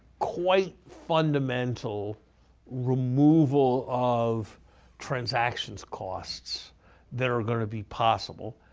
quite fundamental removal of transactions costs that are going to be possible.